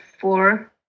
four